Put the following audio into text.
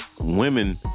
Women